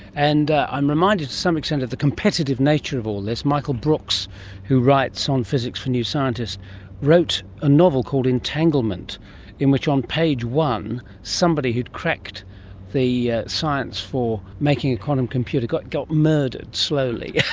and i'm reminded to some extent of the competitive nature of all this. michael brooks who writes on physics for new scientist wrote a novel called entanglement in which, on page one, somebody who'd cracked the science for making a quantum computer got got murdered slowly.